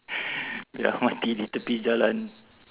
ya mati a little bit jalan